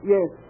Yes